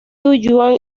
yuan